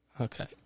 okay